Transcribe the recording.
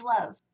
Love